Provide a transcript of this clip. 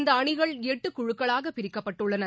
இந்த அணிகள் எட்டு குழுக்களாக பிரிக்கப்பட்டுள்ளன